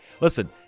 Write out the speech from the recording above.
Listen